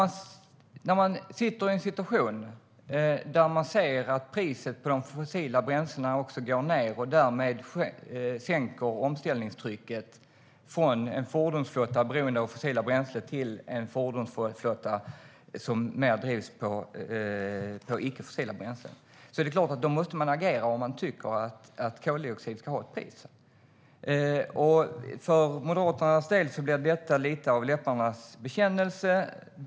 När man ser att priset på de fossila bränslena går ned och att trycket därmed minskar på en omställning från en fordonsflotta beroende av fossila bränslen till en fordonsflotta som mer drivs på icke fossila bränslen är det klart att man måste agera om man tycker att koldioxid ska ha ett pris. För Moderaternas del blir detta lite av läpparnas bekännelse.